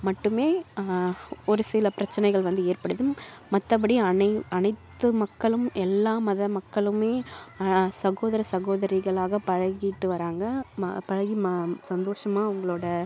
மட்டுமே ஒரு சில பிரச்சனைகள் வந்து ஏற்படுது மற்றபடி அனை அனைத்து மக்களும் எல்லா மத மக்களுமே சகோதர சகோதரிகளாக பழகிட்டு வராங்க ம பழகி ம சந்தோஷமாக அவங்களோட